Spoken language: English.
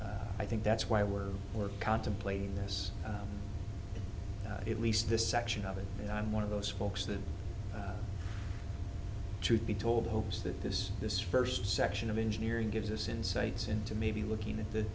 o i think that's why we're we're contemplating this it least this section of it and i'm one of those folks that truth be told hopes that this this first section of engineering gives us insights into maybe looking at